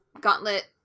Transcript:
gauntlet